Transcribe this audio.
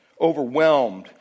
overwhelmed